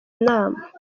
nama